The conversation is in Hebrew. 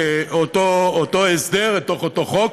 באותו הסדר, בתוך אותו חוק.